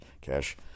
Cash